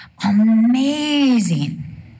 Amazing